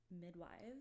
midwives